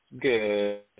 Good